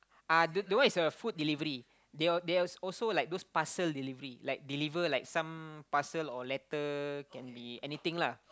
uh the the one is a food delivery there there's also like those parcel delivery like deliver like some parcel or letter can be anything lah